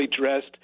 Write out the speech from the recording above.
dressed